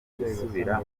gusubira